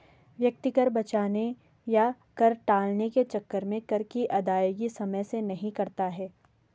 व्यक्ति कर बचाने या कर टालने के चक्कर में कर की अदायगी समय से नहीं करता है